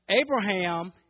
Abraham